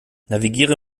navigiere